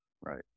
right